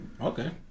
Okay